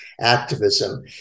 activism